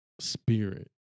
spirit